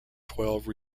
twelve